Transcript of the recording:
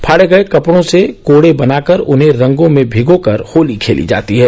फाड़े गये कपड़ों से कोड़े बनाकर उन्हें रंगों में भिगो कर होली खेली जाती है